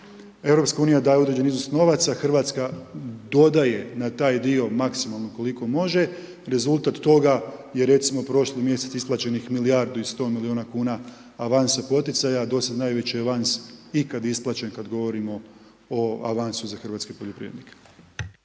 Europska unija daje određeni iznos novaca, Hrvatska dodaje na taj dio, maksimalno koliko može, rezultat toga je recimo prošli mjesec isplaćenih milijardu i sto milijuna kuna avansa poticaja, do sad najveći avans ikad isplaćen kad govorimo o avansu za hrvatske poljoprivrednike.